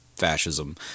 fascism